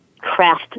craft